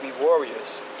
warriors